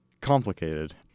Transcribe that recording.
complicated